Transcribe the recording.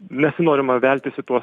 nesinorima veltis į tuos